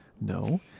No